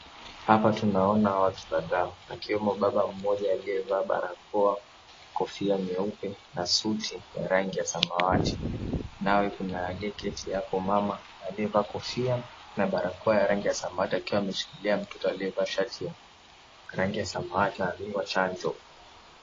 Hapa tunaona watu kadhaa, akiwemo baba mmoja aliyevaa barakoa, kofia nyeupe na suti ya rangi ya samawati. Naye kuna aliyeketi hapo mama aliyevaa kofia na barakoa ya rangi ya samawati akiwa ameshikilia mtoto aliyevaa shati ya rangi ya samawati anadungwa chanjo.